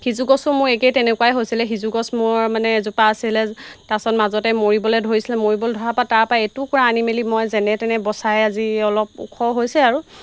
সিজু গছো মোৰ একেই তেনেকুৱাই হৈছিলে সিজু গছ মোৰ মানে এজোপা আছিলে তাৰপাছত মাজতে মৰিবলৈ ধৰিছিলে মৰিবলৈ ধৰাৰপৰা তাৰপৰা এটোকোৰা আনি মেলি মই যেনেতেনে বচাই আজি অলপ ওখ হৈছে আৰু